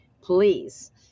please